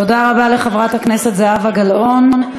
תודה רבה לחברת הכנסת זהבה גלאון.